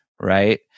right